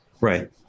Right